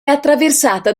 attraversata